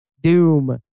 Doom